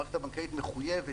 המערכת הבנקאית מחויבת,